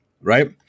right